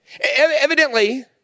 evidently